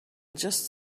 just